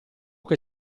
che